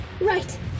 Right